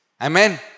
Amen